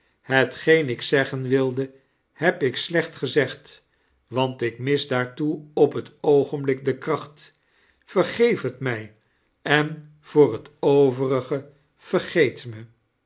hetgeen ik zeggen wilde heb ik sleoht gezegd want ik mis daartoe op het oogenblik de kr'aoht vergeef het mij en voor het overige vergeet me